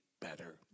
better